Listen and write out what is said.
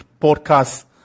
podcast